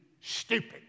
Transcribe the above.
stupid